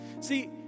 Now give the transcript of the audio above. See